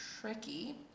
tricky